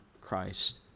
Christ